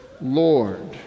Lord